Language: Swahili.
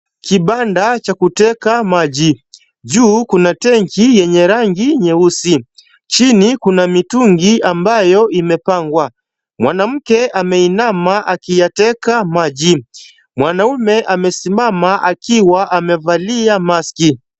Kibanda cha kuteka maji. Juu kuna tenki yenye rangi nyeusi. Chini kuna mitungi ambayo imepangwa. Mwanamke ameinama akiyateka maji. Mwanaume amesimama akiwa amevalia maski.